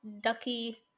ducky